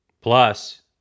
Plus